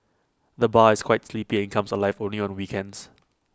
the bar is quite sleepy and comes alive only on weekends